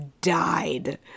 died